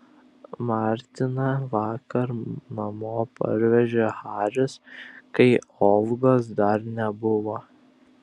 martiną vakar namo parvežė haris kai olgos dar nebuvo